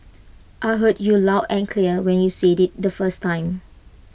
I heard you loud and clear when you said IT the first time